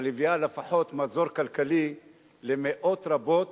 אבל מביאה לפחות מזור כלכלי למאות רבות